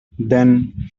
then